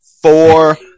Four